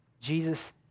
Jesus